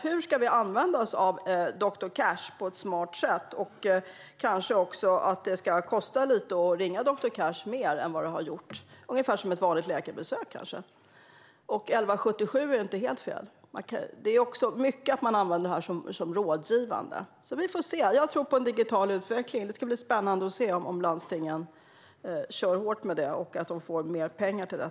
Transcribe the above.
Hur ska vi använda oss av doktor Cash på ett smart sätt? Det kanske ska kosta lite mer att ringa doktor Cash än vad det har gjort. Det kanske ska kosta ungefär som ett vanligt läkarbesök. 1177 är inte helt fel. Man använder nämligen detta mycket för rådgivning. Jag tror på en digital utveckling. Det ska bli spännande att se om landstingen kommer att köra hårt med detta och om de också får mer pengar till det.